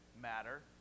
matter